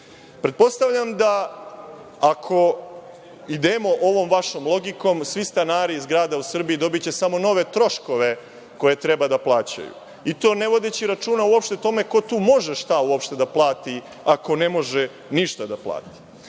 posao. Pretpostavljam da ako idemo ovom vašom logikom, svi stanari zgrada u Srbiji dobiće samo nove troškove koje treba da plaćaju, i to ne vodeći računa uopšte tome ko tu može šta uopšte da plati, ako ne može ništa da plati.